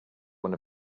one